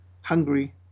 Hungary